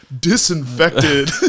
disinfected